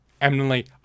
eminently